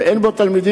ואין בו תלמידים,